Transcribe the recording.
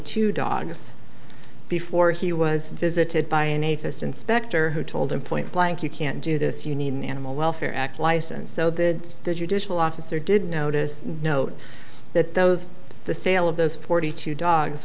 two dogs before he was visited by an atheist inspector who told him point blank you can't do this you need an animal welfare act license so the judicial officer did notice note that those the sale of those forty two dogs